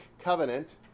covenant